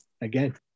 again